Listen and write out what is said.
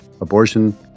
abortion